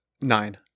nine